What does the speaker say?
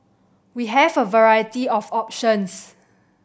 we have a variety of options